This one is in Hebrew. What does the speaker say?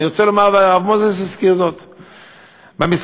אני רוצה לומר,